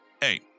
Hey